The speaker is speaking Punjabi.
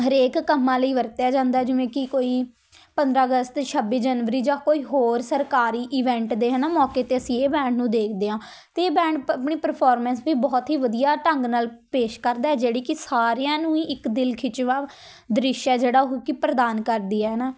ਹਰੇਕ ਕੰਮਾਂ ਲਈ ਵਰਤਿਆ ਜਾਂਦਾ ਜਿਵੇਂ ਕਿ ਕੋਈ ਪੰਦਰਾਂ ਅਗਸਤ ਛੱਬੀ ਜਨਵਰੀ ਜਾਂ ਕੋਈ ਹੋਰ ਸਰਕਾਰੀ ਇਵੈਂਟ ਦੇ ਹੈ ਨਾ ਮੌਕੇ 'ਤੇ ਅਸੀਂ ਇਹ ਬੈਂਡ ਨੂੰ ਦੇਖਦੇ ਹਾਂ ਅਤੇ ਇਹ ਬੈਂਡ ਪ ਆਪਣੀ ਪਰਫੋਰਮੈਂਸ ਵੀ ਬਹੁਤ ਹੀ ਵਧੀਆ ਢੰਗ ਨਾਲ਼ ਪੇਸ਼ ਕਰਦਾ ਜਿਹੜੀ ਕਿ ਸਾਰਿਆਂ ਨੂੰ ਹੀ ਇੱਕ ਦਿਲ ਖਿੱਚਵਾਂ ਦ੍ਰਿਸ਼ ਹੈ ਜਿਹੜਾ ਉਹ ਕਿ ਪ੍ਰਦਾਨ ਕਰਦੀ ਹੈ ਹੈ ਨਾ